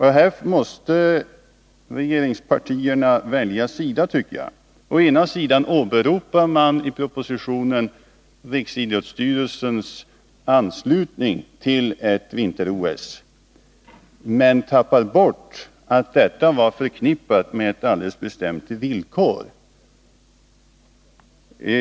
Här måste regeringspartierna välja sida, tycker jag. Å ena sidan åberopar man i propositionen att riksidrottsstyrelsen anslutit sig till förslaget om ett vinter-OS, å andra sidan tappar man bort att detta var förknippat med ett alldeles bestämt villkor.